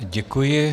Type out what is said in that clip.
Děkuji.